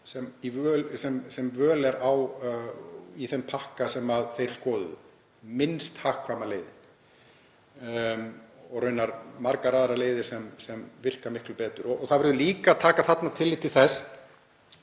sem völ er á í þeim pakka sem þeir skoðuðu, minnst hagkvæma leiðin og raunar margar aðrar leiðir sem virka miklu betur. Og það verður líka að taka þarna tillit til þess